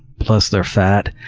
plus their fat.